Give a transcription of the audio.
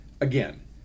again